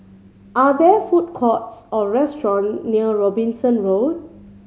are there food courts or restaurants near Robinson Road